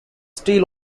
still